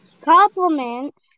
Compliments